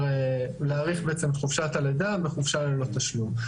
להאריך בעצם את חופשת הלידה בחופשה ללא תשלום.